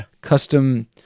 custom